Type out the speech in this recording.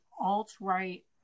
alt-right